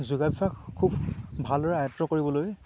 যোগাভ্যাস খুব ভালদৰে আয়ত্ব কৰিবলৈ